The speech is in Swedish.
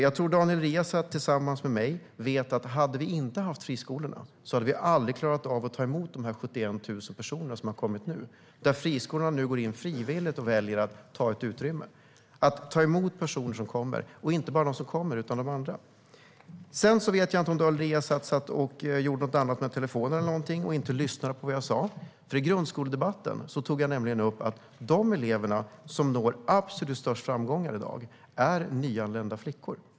Jag tror att Daniel Riazat tillsammans med mig vet att vi om vi inte haft friskolorna aldrig hade klarat av att ta emot de 71 000 personer som har kommit nu. Där går friskolorna in frivilligt och väljer att ta ett utrymme för att ta emot personer som kommer - och inte bara de som kommer utan även de andra. Sedan vet jag inte om Daniel Riazat satt och gjorde någonting annat med telefonen eller någonting och inte lyssnade på vad jag sa, men i grundskoledebatten tog jag upp att de elever som når absolut störst framgångar i dag är nyanlända flickor.